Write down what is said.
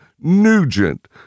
Nugent